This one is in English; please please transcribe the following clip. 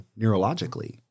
neurologically